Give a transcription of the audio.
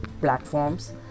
platforms